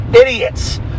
Idiots